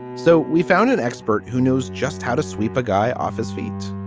so we found an expert who knows just how to sweep a guy off his feet.